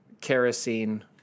kerosene